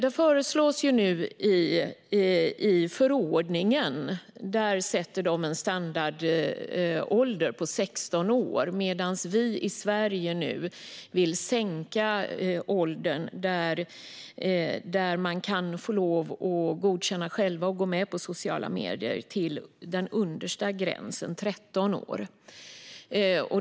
I förordningen föreslås en 16-årsgräns som standard, men Sverige vill sänka åldern för när man själv kan godkänna att vara med på sociala medier till den undre gränsen, 13 år.